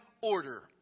order